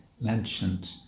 mentioned